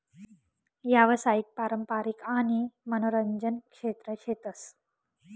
यावसायिक, पारंपारिक आणि मनोरंजन क्षेत्र शेतस